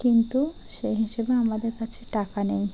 কিন্তু সেই হিসেবে আমাদের কাছে টাকা নেই